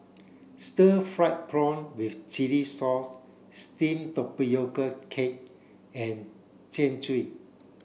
stir fried prawn with chili sauce steamed tapioca cake and Jian Dui